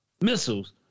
missiles